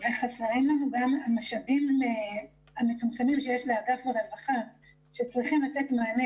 חסרים לנו המשאבים המצומצמים שיש לאגף הרווחה וצריכים לתת מענה,